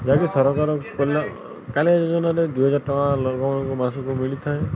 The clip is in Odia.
ଯାହାକି ସରକାର କାଳିଆ ଯୋଜନାରେ ଦୁଇ ହଜାର ଟଙ୍କା ଲୋକମାନଙ୍କୁ ମାସକୁ ମିଳିଥାଏ